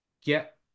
get